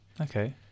Okay